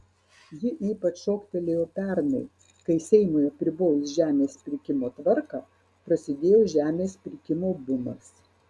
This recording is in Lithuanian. ji ypač šoktelėjo pernai kai seimui apribojus žemės pirkimo tvarką prasidėjo žemės pirkimo bumas